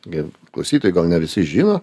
gi klausytojai gal ne visi žino